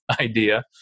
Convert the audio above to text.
idea